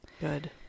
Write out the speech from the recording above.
Good